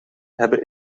hebben